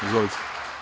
Izvolite.